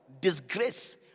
Disgrace